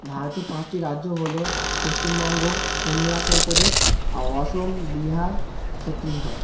ভারতে পাঁচটি রাজ্য হলো পশ্চিমবঙ্গ অরুণাচল প্রদেশ আর অসম বিহার ছত্তিশগড়